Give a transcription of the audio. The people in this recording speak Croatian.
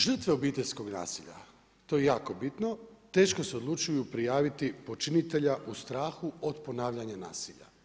Žrtve obiteljskog nasilja, to je jako bitno, teško se odlučuju prijaviti počinitelja u strahu od ponavljanja nasilja.